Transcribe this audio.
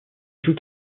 joue